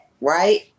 right